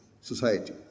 society